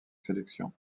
sélections